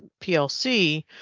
PLC